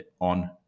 on